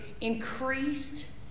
increased